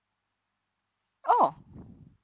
oh